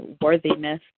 worthiness